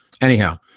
anyhow